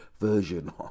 version